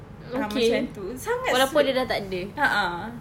ah macam itu sangat sweet a'ah